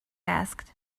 asked